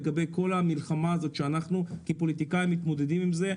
למלחמה הזאת שאנחנו כפוליטיקאים מתמודדים איתה.